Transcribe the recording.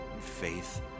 faith